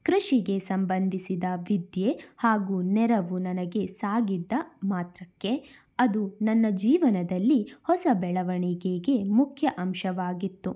ಕೃಷಿಗೆ ಸಂಬಂಧಿಸಿದ ವಿದ್ಯೆ ಹಾಗೂ ನೆರವು ನನಗೆ ಸಾಗಿದ್ದ ಮಾತ್ರಕ್ಕೆ ಅದು ನನ್ನ ಜೀವನದಲ್ಲಿ ಹೊಸ ಬೆಳವಣಿಗೆಗೆ ಮುಖ್ಯ ಅಂಶವಾಗಿತ್ತು